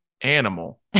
animal